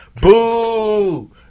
Boo